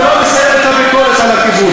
ולא בלסיים את הביקורת על הכיבוש.